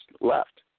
left